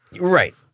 Right